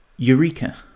Eureka